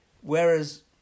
Whereas